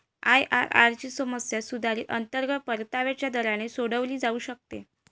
IRR ची समस्या सुधारित अंतर्गत परताव्याच्या दराने सोडवली जाऊ शकते